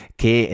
che